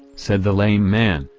said the lame man,